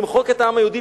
למחוק את העם היהודי,